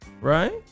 right